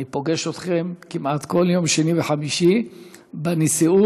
אני פוגש אתכן כמעט כל שני וחמישי בנשיאות,